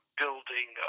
building